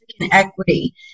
equity